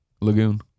lagoon